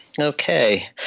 Okay